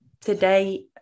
today